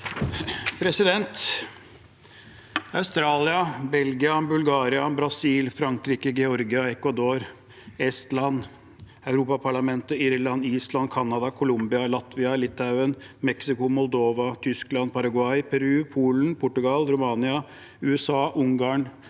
Austra- lia, Belgia, Bulgaria, Brasil, Frankrike, Georgia, Equador, Estland, Europaparlamentet, Irland, Island, Canada, Colombia, Latvia, Litauen, Mexico, Moldova, Tyskland, Paraguay, Peru, Polen, Portugal, Romania, USA, Ungarn,